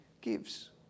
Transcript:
gives